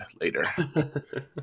later